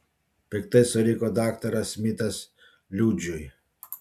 piktai suriko daktaras smitas liudžiui